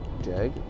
Jag